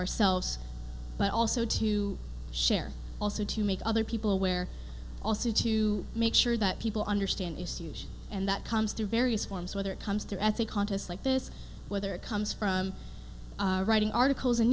ourselves but also to share also to make other people aware also to make sure that people understand issues and that comes through various forms whether it comes to ethics contests like this whether it comes from writing articles and